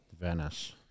Venice